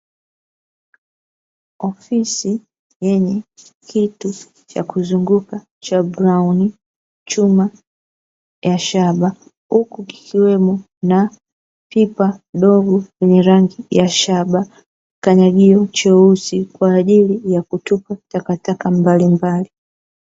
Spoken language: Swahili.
Ofisi yenye kiti cha kuzunguka cha brauni, chuma ya shaba huku kukiwemo na pipa dogo lenye rangi ya shaba, kikanyagio cheusi kwa chini kwaajili ya kutupa takataka mbalimbali.